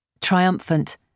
Triumphant